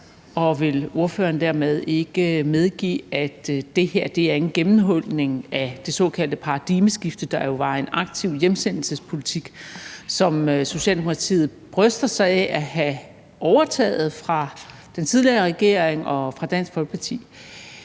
Og vil ordføreren dermed ikke medgive, at det her er en gennemhulning af det såkaldte paradigmeskifte, der jo var en aktiv hjemsendelsespolitik, som Socialdemokratiet bryster sig af at have overtaget fra den tidligere regering og fra Dansk Folkeparti,